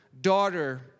daughter